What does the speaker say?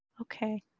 Okay